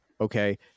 okay